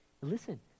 Listen